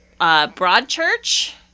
Broadchurch